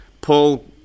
Paul